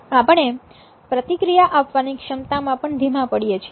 આપણે પ્રતિક્રિયા આપવાની ક્ષમતા માં પણ ધીમા પડીએ છીએ